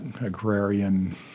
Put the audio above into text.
agrarian